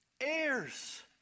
Heirs